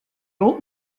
old